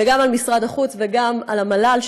וגם על משרד החוץ וגם על המל"ל,